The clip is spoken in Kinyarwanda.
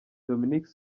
dominique